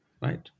right